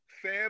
Sam